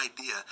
idea